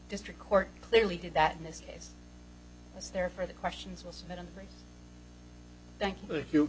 district court clearly did that in this case it's there for the questions will smith and thank you